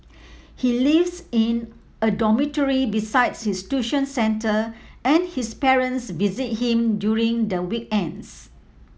he lives in a dormitory besides his tuition centre and his parents visit him during the weekends